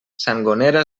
sangonera